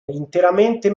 interamente